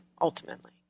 ultimately